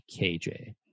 KJ